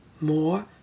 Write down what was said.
more